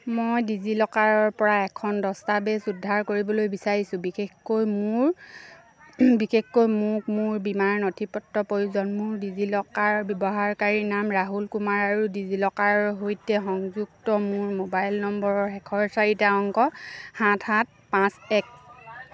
মই ডিজিলকাৰৰপৰা এখন দস্তাবেজ উদ্ধাৰ কৰিবলৈ বিচাৰিছোঁ বিশেষকৈ মোৰ বিশেষকৈ মোক মোৰ বীমাৰ নথিপত্ৰ প্ৰয়োজন মোৰ ডিজিলকাৰ ব্যৱহাৰকাৰীনাম ৰাহুল কুমাৰ আৰু ডিজিলকাৰৰ সৈতে সংযুক্ত মোৰ মোবাইল নম্বৰৰ শেষৰ চাৰিটা অংক সাত সাত পাঁচ এক